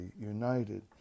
united